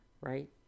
right